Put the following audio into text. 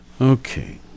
Okay